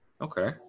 Okay